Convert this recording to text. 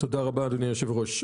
תודה רבה אדוני היושב-ראש,